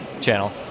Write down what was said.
channel